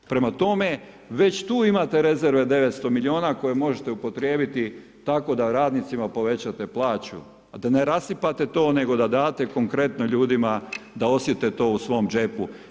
Prema tome, već tu imate rezerve 900 miliona koje možete upotrijebiti tako da radnicima povećate plaću, a da ne rasipate to nego da date konkretno ljudima da osjete to u svoj džepu.